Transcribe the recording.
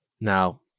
Now